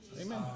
amen